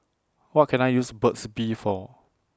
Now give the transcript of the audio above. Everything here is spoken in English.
What Can I use Burt's Bee For